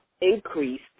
increased